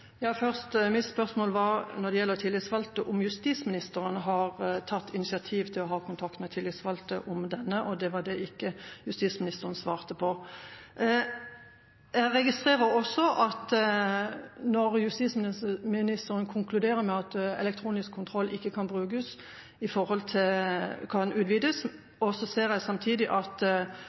Først: Mitt spørsmål når det gjelder tillitsvalgte, var om justisministeren har tatt initiativ til å ha kontakt med tillitsvalgte om denne, og det var det justisministeren ikke svarte på. Jeg registrerer også at justisministeren konkluderer med at elektronisk kontroll ikke kan brukes eller utvides. Samtidig ser jeg at justisministeren selv vurderer en overføring til